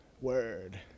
Word